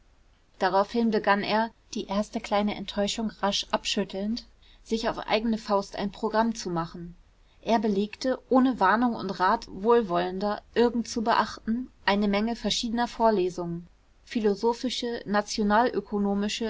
daraufhin begann er die erste kleine enttäuschung rasch abschüttelnd sich auf eigene faust ein programm zu machen er belegte ohne warnung und rat wohlwollender irgend zu beachten eine menge verschiedener vorlesungen philosophische nationalökonomische